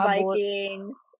Vikings